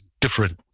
different